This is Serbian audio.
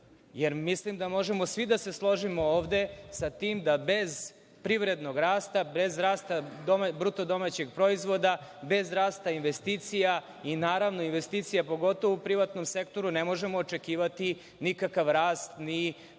jer mislim da možemo svi da se složimo ovde sa tim da bez privrednog rasta, bez rasta BDP, bez rasta investicija, pogotovo investicija u privatnom sektoru ne možemo očekivati nikakav rast ni u